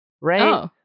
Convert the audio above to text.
right